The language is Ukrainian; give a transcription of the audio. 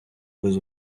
без